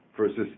Versus